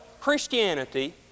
Christianity